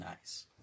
nice